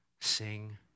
sing